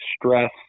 stress